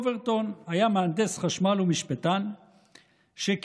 אוברטון היה מהנדס חשמל ומשפטן שכיהן